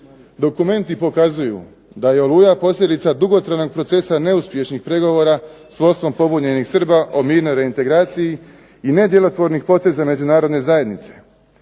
Dokumenti pokazuju da je Oluja posljedica dugotrajnog procesa neuspješnih pregovora s vodstvom pobunjenih Srba o mirnoj reintegraciji i nedjelotvornih poteza Međunarodne zajednice.